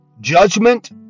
judgment